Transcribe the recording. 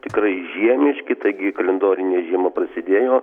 tikrai žiemiški taigi kalendorinė žiema prasidėjo